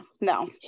No